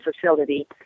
facility